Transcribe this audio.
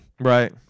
Right